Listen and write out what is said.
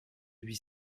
huit